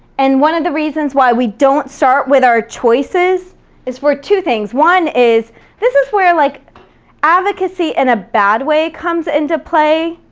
and one of the reasons why we don't start with our choices is for two things. one is this is where like advocacy in and a bad way comes into play,